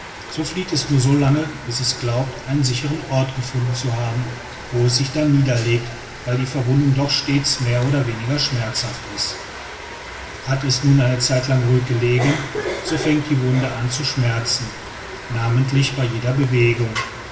so flieht es nur so lange bis es glaubt einen sicheren ort gefunden zu haben wo es sich dann niederlegt weil die verwundung doch stets mehr oder weniger schmerzhaft ist hat es nun eine zeitlang ruhig gelegen so fängt die wunde an zu schmerzen namentlich bei jeder bewegung